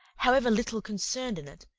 however little concerned in it,